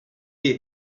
est